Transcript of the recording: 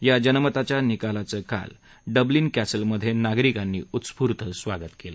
या जनमताच्या निकालाचं काल डब्लीन कॅसलमधे नागरिकांनी उत्सफूर्त स्वागत केलं